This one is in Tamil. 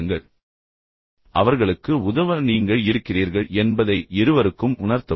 நீங்கள் பிரச்சினைகளை தெளிவாக புரிந்துகொள்கிறீர்கள் அவர்களுக்கு உதவ நீங்கள் இருக்கிறீர்கள் என்பதை இருவருக்கும் உணர்த்தவும்